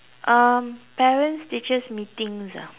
um parents teachers meetings ah